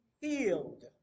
healed